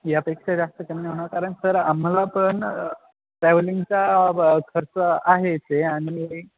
यापेक्षा जास्त कमी होणार कारण सर आम्हाला पण ट्रॅव्हलिंगचा खर्च आहे इथे आणि